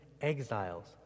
exiles